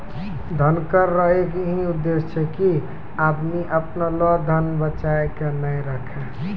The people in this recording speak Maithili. धन कर रो एक ही उद्देस छै की आदमी अपना लो धन बचाय के नै राखै